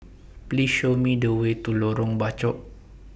Please Show Me The Way to Lorong Bachok